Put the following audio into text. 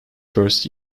first